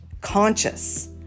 Conscious